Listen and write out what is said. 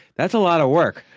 that's a lot of work.